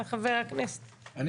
חבר הכנסת הלוי.